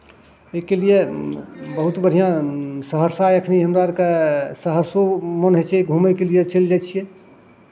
ओहिके लिए बहुत बढ़िआँ सहरसा एखन हमरा अरके सहरसो मोन होइ छै घूमयके लिए चलि जाइ छियै